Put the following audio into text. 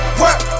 work